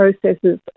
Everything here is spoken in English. processes